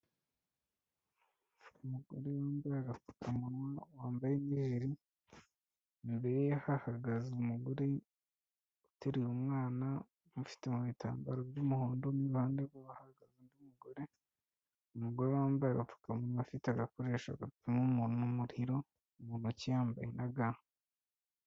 Umugore wambaye agapfukamunwa wambaye n'ijiri, imbere ye hahagaze umugore uteruye umwana amufite mu bitambaro by'umuhondo, n'iruhande rwe hahagaze undi mugore, umugore wambaye agapfukamunwa afite agakoresho gapima umuntu umuriro mu ntoki yambaye na ga.